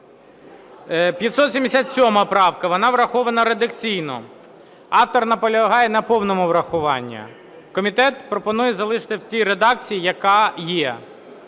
577 правка. Вона врахована редакційно. Автор наполягає на повному врахуванні. Комітет пропонує залишити в тій редакції, яка є.